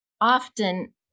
often